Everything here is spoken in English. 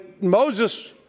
Moses